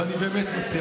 ואני באמת מציע,